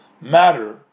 matter